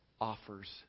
offers